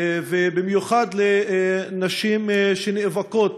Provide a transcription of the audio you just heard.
ובייחוד לנשים שנאבקות